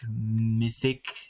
Mythic